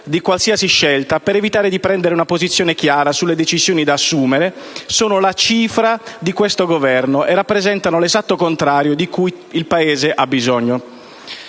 di qualsiasi scelta per evitare di prendere una posizione chiara sulle decisioni da assumere sono la «cifra» di questo Governo e rappresentano l'esatto contrario di ciò di cui il Paese ha bisogno.